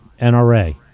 NRA